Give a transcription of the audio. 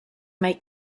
make